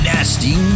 Nasty